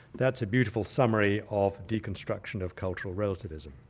that's a beautiful summary of deconstruction of cultural relativism.